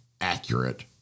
accurate